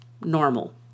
normal